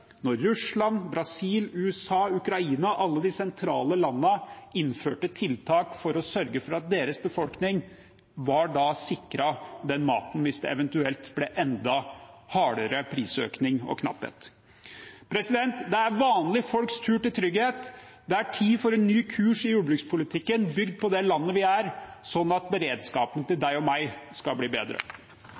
Russland, Brasil, USA, Ukraina, alle de sentrale landene, tiltak for å sørge for at deres befolkning var sikret mat, hvis det eventuelt ble enda hardere prisøkning og knapphet. Det er vanlige folks tur til trygghet. Det er tid for en ny kurs i jordbrukspolitikken, bygd på det landet vi er, slik at beredskapen til deg og meg skal bli bedre.